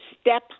step